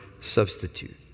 substitute